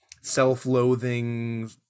self-loathing